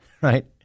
right